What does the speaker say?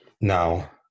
Now